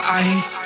eyes